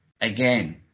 Again